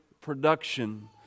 Production